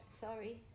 Sorry